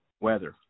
weather